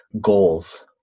goals